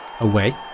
away